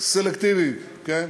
שימוש סלקטיבי, כן?